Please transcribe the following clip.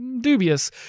dubious